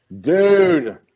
dude